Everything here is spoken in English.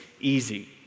easy